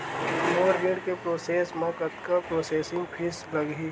मोर ऋण के प्रोसेस म कतका प्रोसेसिंग फीस लगही?